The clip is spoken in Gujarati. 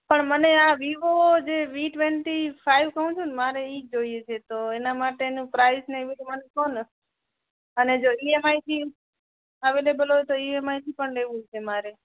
પણ મને આ વિવો જે વી ટવેન્ટી ફાઈવ કહું છુ ને મારે એ જોઈએ છે તો એના માટેનું પ્રાઈસ અને એ બધું મને કહો ને અને જો ઈ એમ આઈ થી અવેલેબલ હોય તો ઈ એમ આઈથી પણ લેવું છે મારે